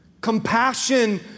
compassion